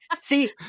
see